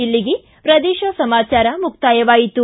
ಇಲ್ಲಿಗೆ ಪ್ರದೇಶ ಸಮಾಚಾರ ಮುಕ್ತಾಯವಾಯಿತು